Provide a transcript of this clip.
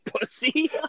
Pussy